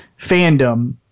fandom